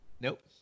nope